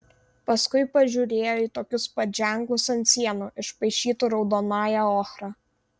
paskui pažiūrėjo į tokius pat ženklus ant sienų išpaišytų raudonąja ochra